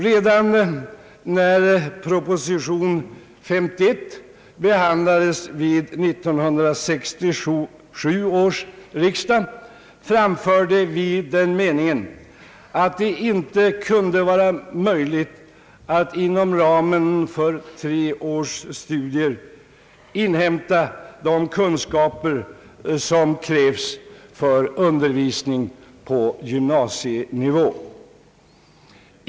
Redan när proposition 51 behandlades vid 1967 års riksdag framförde vi den meningen att det inte kunde vara möjligt att inom ramen för tre års studier inhämta de kunskaper som krävs för undervisning på gymnasienivå.